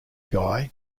guy